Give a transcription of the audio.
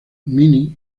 minnie